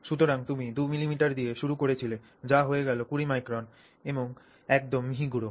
সুতরাং তুমি 2 মিলিমিটার দিয়ে শুরু করেছিলে যা হয়ে গেল 20 মাইক্রন এবং একদম মিহি গুড়ো